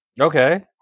Okay